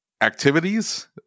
activities